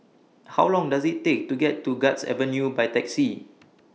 How Long Does IT Take to get to Guards Avenue By Taxi